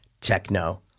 techno